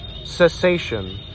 Cessation